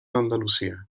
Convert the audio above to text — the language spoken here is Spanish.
andalucía